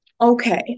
Okay